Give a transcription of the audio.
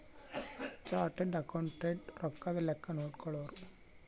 chartered accountant ರೊಕ್ಕದ್ ಲೆಕ್ಕ ನೋಡ್ಕೊಳೋರು